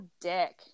dick